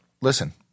listen